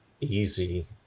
easy